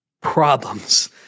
problems